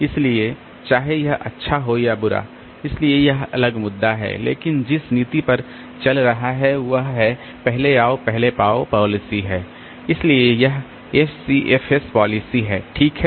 इसलिए चाहे वह अच्छा हो या बुरा इसलिए यह अलग मुद्दा है लेकिन यह जिस नीति पर चल रहा है वह पहले आओ पहले पाओ पालिसी है इसलिए यह एफसीएफएस पालिसी है ठीक है